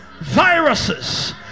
viruses